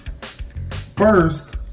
First